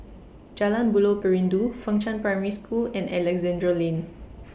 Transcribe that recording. Jalan Buloh Perindu Fengshan Primary School and Alexandra Lane